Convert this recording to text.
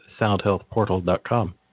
soundhealthportal.com